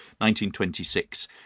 1926